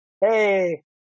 hey